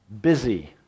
busy